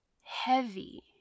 heavy